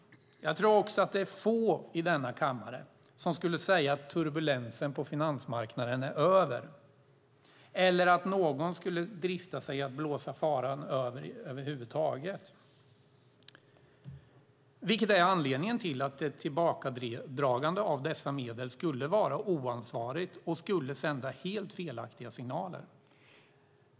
Jag tror att det är få i denna kammare som skulle säga att turbulensen på finansmarknaden är över eller att någon skulle drista sig till att över huvud taget blåsa faran över. Det är anledningen till att ett tillbakadragande av dessa medel skulle vara oansvarigt och sända helt felaktiga signaler.